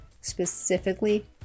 specifically